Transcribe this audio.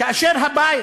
כאשר הבית